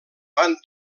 van